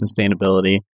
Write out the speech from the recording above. sustainability